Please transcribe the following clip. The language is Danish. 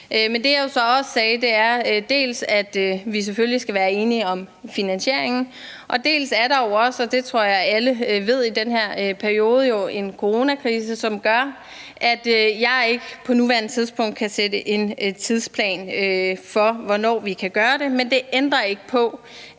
jeg jo så også sagde, var, at vi selvfølgelig skal være enige om finansieringen, og så er der jo også – og det tror jeg alle ved – i den her periode en coronakrise, som gør, at jeg ikke på nuværende tidspunkt kan sætte en tidsplan for, hvornår vi kan gøre det. Men det ændrer ikke på,